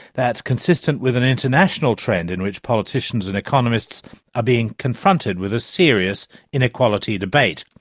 that's consistent with an international trend in which politicians and economists are being confronted with a serious inequality debate.